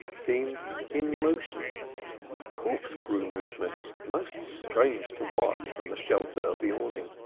seemed in motion a corkscrew movement most strange to watch from the shelter of the awning.